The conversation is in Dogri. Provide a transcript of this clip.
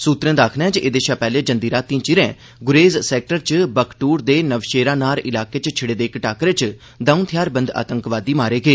सूत्रें दा आक्खना ऐ जे एदे शा पैहले जंदी राती चिरें गुरेज सेक्टर च बकटूर दे नवशेरा नार इलाके च दिड़े दे इक टाकरे च द'ऊं थेआर बंद आतंकवादी मारे गे